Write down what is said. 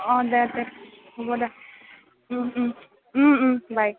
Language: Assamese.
অঁ দে দে হ'ব দে বাই